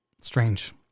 strange